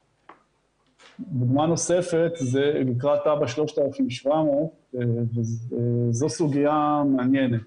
דוגמא נוספת זה נקרא תב"ע 3700. זו סוגיה מעניינת.